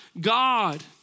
God